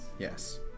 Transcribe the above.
Yes